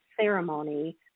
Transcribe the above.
ceremony